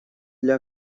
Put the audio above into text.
для